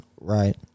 right